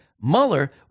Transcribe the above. Mueller